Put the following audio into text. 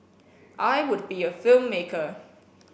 I would be a filmmaker